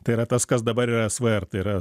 tai yra tas kas dabar yra evr tai yra